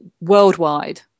worldwide